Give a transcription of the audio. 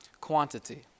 quantity